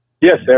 Yes